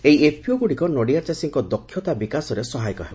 ଏହି ଏଫ୍ପିଓଗୁଡ଼ିକ ନଡ଼ିଆଚାଷୀଙ୍କ ଦକ୍ଷତା ବିକାଶରେ ସହାୟକ ହେବ